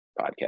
podcast